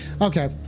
Okay